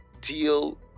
deal